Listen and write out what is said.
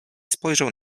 spojrzał